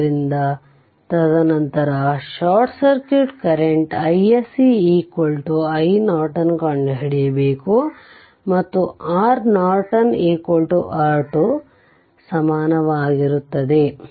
ಆದ್ದರಿಂದ ತದನಂತರ short circuit current iSC iNorton ಕಂಡುಹಿಡಿಯಬೇಕು ಮತ್ತು R Norton R2 ಸಮಾನವಾಗಿರುತ್ತದೆ